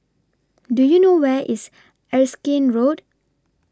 Do YOU know Where IS Erskine Road